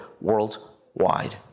worldwide